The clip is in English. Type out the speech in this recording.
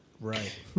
Right